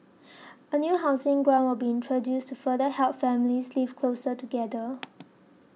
a new housing grant will be introduced to further help families live closer together